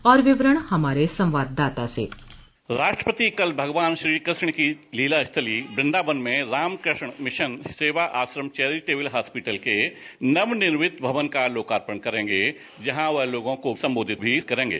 और विवरण हमारे संवाददाता से राष्ट्रपति कल भगवान श्रीकृष्ण की लीला स्थली वृंदावन में Ramakrishna mission Seva Ashram charitable hospital के नवनिर्मित भवन का लोकार्पण करेंगे जहां वह लोगों को संबोधित भी करेंगे